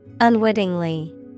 Unwittingly